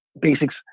basics